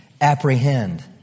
apprehend